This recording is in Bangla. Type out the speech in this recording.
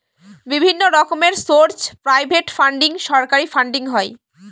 বিভিন্ন রকমের সোর্স প্রাইভেট ফান্ডিং, সরকারি ফান্ডিং হয়